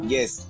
Yes